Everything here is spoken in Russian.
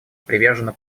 привержено